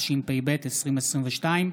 התשפ"ב 2022,